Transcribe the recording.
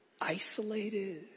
isolated